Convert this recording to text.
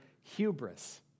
hubris